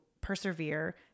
persevere